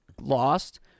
lost